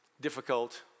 difficult